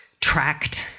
tracked